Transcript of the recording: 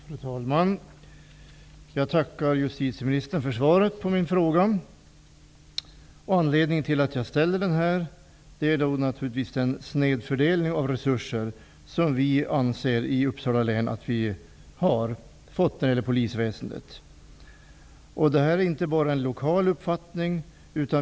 Fru talman! Jag tackar justitieministern för svaret på frågan. Anledningen till att jag ställer frågan är den snedfördelning av resurser som vi i Uppsala län anser har skett när det gäller polisväsendet. Det är inte bara en lokal uppfattning.